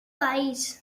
país